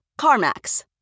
CarMax